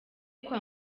kwa